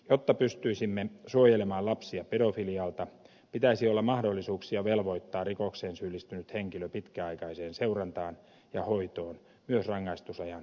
jotta pystyisimme suojelemaan lapsia pedofilialta pitäisi olla mahdollisuuksia velvoittaa rikokseen syyllistynyt henkilö pitkäaikaiseen seurantaan ja hoitoon myös rangaistusajan suorittamisen jälkeen